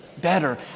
better